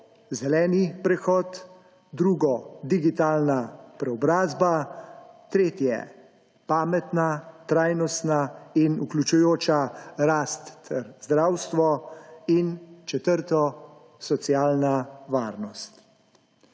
zeleni prehod, drugo digitalna preobrazba, tretje pametna, trajnostna in vključujoča rast ter zdravstvo in četrto socialna varnost.